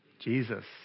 Jesus